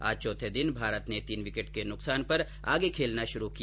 आज चौथे दिन भारत ने तीन विकेट के नुकसान पर आगे खेलना शुरू किया